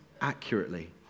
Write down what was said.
accurately